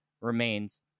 remains